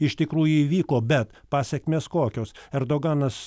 iš tikrųjų įvyko bet pasekmės kokios erdoganas